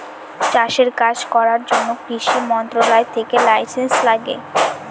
চাষের কাজ করার জন্য কৃষি মন্ত্রণালয় থেকে লাইসেন্স লাগে